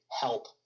help